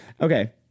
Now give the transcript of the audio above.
Okay